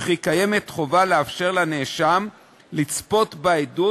וכי קיימת חובה לאפשר לנאשם לצפות בעדות